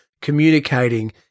communicating